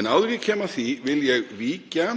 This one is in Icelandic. En áður en ég kem að því vil ég víkja